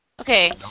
Okay